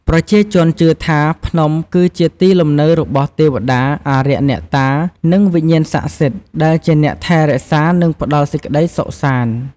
ប្រជាជនជឿថា ភ្នំគឺជាទីលំនៅរបស់ ទេវតា អារក្សអ្នកតា និង វិញ្ញាណស័ក្តិសិទ្ធិ ដែលជាអ្នកថែរក្សានិងផ្តល់សេចក្តីសុខសាន្ត។